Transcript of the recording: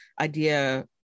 idea